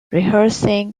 rehearsing